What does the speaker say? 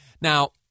Now